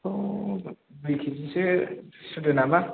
बेखौ दुइ केजिसो सुदो नामा